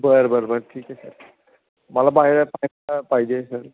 बरं बरं बरं ठीक आहे सर मला पाहिजे सर